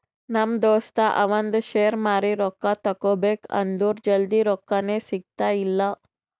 ನಮ್ ದೋಸ್ತ ಅವಂದ್ ಶೇರ್ ಮಾರಿ ರೊಕ್ಕಾ ತಗೋಬೇಕ್ ಅಂದುರ್ ಜಲ್ದಿ ರೊಕ್ಕಾನೇ ಸಿಗ್ತಾಯಿಲ್ಲ